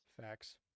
facts